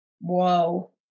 whoa